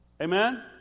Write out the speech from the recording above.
Amen